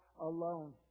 alone